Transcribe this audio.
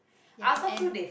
ya and